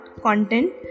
content